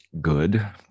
good